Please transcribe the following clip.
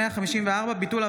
אביגדור ליברמן,